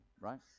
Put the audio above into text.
right